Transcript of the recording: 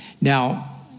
Now